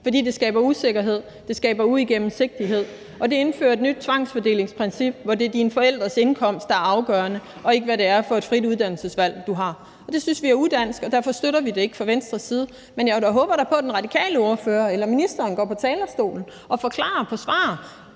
For det skaber usikkerhed, det skaber uigennemsigtighed, og det indfører et nyt tvangsfordelingsprincip, hvor det er dine forældres indkomst, der er afgørende, og ikke, at du har et frit uddannelsesvalg. Det synes vi er udansk, og derfor støtter vi det ikke fra Venstres side. Men jeg håber da på, at den radikale ordfører eller ministeren går på talerstolen og forklarer og forsvarer,